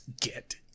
get